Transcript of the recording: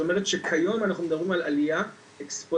כיום אנחנו מדברים על עליה אקספוננציאלית